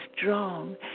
strong